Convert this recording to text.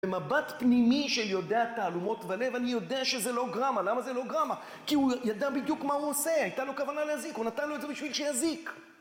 במבט פנימי של יודע תעלומות ולב, אני יודע שזה לא גרמא, למה זה לא גרמא? כי הוא ידע בדיוק מה הוא עושה, הייתה לו כוונה להזיק, הוא נתן לו את זה בשביל שיזיק